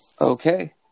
Okay